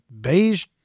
beige